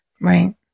Right